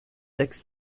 sechs